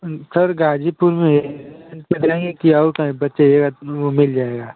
sir गाढ़ी को मैं इतना नहीं किया हूँ क्या कहते हैं वह मिल जाएगा